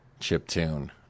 chiptune